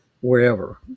wherever